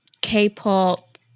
K-pop